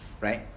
right